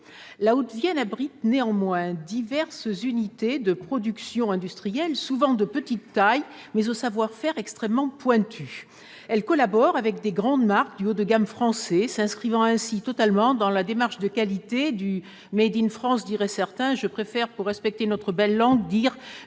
La Haute-Vienne abrite néanmoins diverses unités de production industrielle, souvent de petite taille, mais aux savoir-faire extrêmement pointus. Elles collaborent avec de grandes marques du haut de gamme français, s'inscrivant ainsi totalement dans la démarche de qualité du, même si je préfère, pour respecter notre belle langue, parler du « fabriqué en France ».